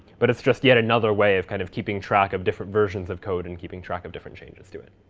but it's just yet another way of kind of keeping track of different versions of code and keeping track of different changes to it.